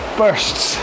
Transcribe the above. bursts